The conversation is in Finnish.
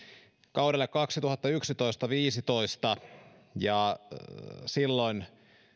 kaudelle kaksituhattayksitoista viiva kaksituhattaviisitoista ja silloiseen